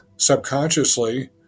Subconsciously